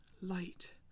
light